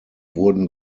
wurden